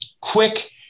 quick